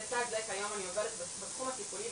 לצד זה שהיום אני עובדת בתחום הטיפולי,